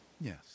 Yes